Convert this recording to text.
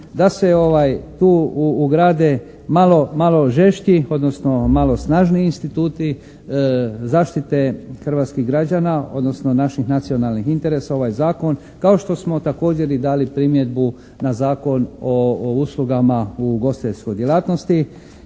da se tu ugrade malo žešći, odnosno malo snažniji instituti zaštite hrvatskih građana odnosno naših nacionalnih interesa u ovaj zakon kao što smo također i dali primjedbu na Zakon o uslugama u ugostiteljskoj djelatnosti